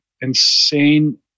insane